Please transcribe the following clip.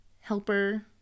helper